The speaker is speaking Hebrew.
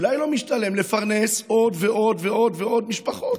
אולי לא משתלם לפרנס עוד ועוד ועוד משפחות.